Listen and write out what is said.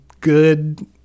good